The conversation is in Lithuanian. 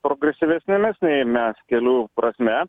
progresyvesnėmis nei mes kinų prasme